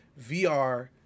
VR